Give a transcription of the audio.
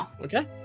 Okay